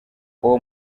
uwo